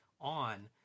on